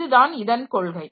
இதுதான் இதன் கொள்கை